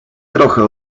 trochę